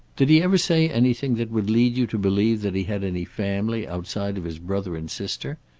did he ever say anything that would lead you to believe that he had any family, outside of his brother and sister?